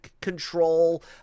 control